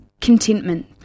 Contentment